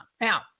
Now